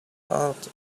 out